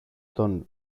τον